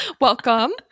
Welcome